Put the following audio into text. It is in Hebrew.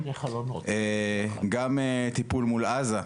גם טיפול מול עזה.